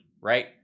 right